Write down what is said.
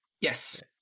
Yes